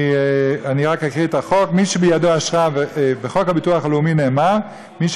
אני רק אקריא את החוק: בחוק הביטוח הלאומי נאמר: מי